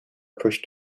pushed